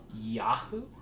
Yahoo